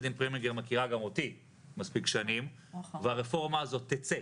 דין פרמינגר מכירה גם אותי מספיק שנים והרפורמה הזאת תצא.